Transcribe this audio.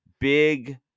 big